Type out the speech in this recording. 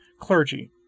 clergy